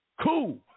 Cool